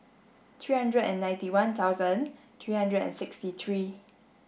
three hundred and ninety one thousand three hundred and sixty three